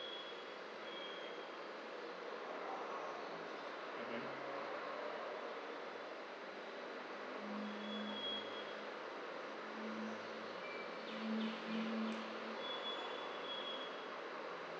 mmhmm